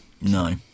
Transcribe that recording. No